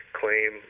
claim